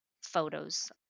photos